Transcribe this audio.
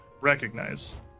recognize